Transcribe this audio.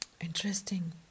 Interesting